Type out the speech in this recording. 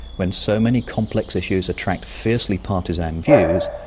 when so many complex issues attract fiercely partisan views,